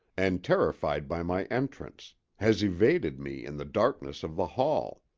and terrified by my entrance has evaded me in the darkness of the hall.